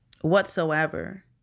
Whatsoever